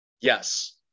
yes